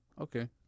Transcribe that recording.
Okay